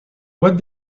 what